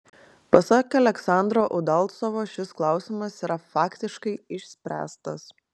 pasak aleksandro udalcovo šis klausimas yra faktiškai išspręstas